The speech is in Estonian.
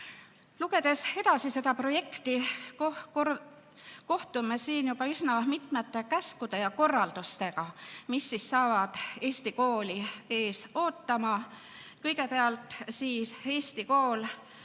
Lugedes edasi seda projekti, kohtume juba üsna mitmete käskude ja korraldustega, mis saavad Eesti kooli ees ootama. Kõigepealt siis Eesti kool